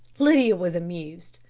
lydia was amused.